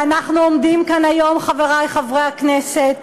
ואנחנו עומדים כאן היום, חברי חברי הכנסת,